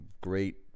great